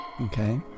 Okay